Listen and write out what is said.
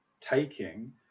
taking